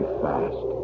fast